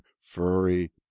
furry